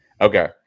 Okay